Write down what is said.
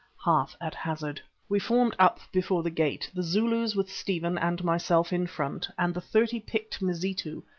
half at hazard. we formed up before the gate, the zulus with stephen and myself in front and the thirty picked mazitu,